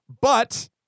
but-